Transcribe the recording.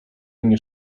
mnie